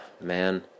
Man